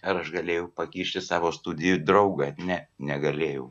ar aš galėjau pakišti savo studijų draugą ne negalėjau